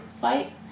Fight